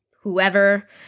whoever